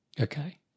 okay